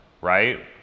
right